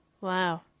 Wow